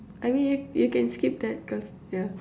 I mean you you can skip that cause ya